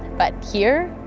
but here,